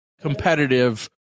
competitive